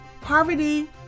poverty